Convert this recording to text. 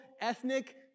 ethnic